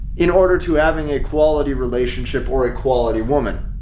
in order to having a quality relationship or a quality woman.